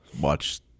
watch